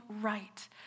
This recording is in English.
right